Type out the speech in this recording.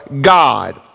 God